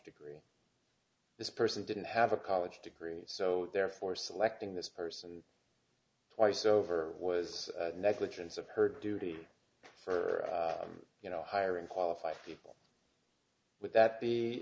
degree this person didn't have a college degree so therefore selecting this person twice over was negligence of her duty for you know hiring qualified people would that be